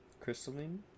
Crystalline